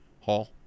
Hall